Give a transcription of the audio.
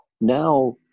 now